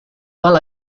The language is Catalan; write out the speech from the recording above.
mal